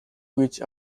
which